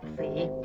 the